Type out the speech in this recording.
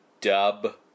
dub